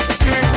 see